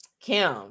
Kim